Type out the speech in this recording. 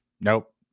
nope